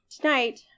tonight